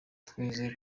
twizeye